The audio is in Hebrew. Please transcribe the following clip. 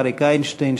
אריק איינשטיין,